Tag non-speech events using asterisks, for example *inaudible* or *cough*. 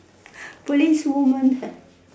*breath* policewoman ha